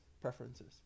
preferences